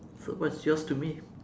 so what's yours to me